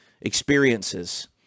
experiences